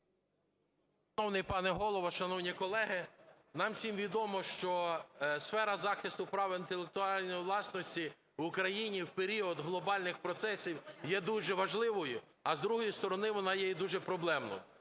Шановний пане Голово, шановні колеги, нам всім відомо, що сфера захисту прав інтелектуальної власності в Україні в період глобальних процесів є дуже важливою, а, з другої сторони, вона є і дуже проблемною.